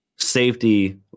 Safety